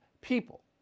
people